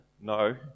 no